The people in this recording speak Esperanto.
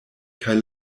kaj